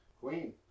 Queen